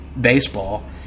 baseball